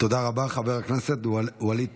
חבר הכנסת ווליד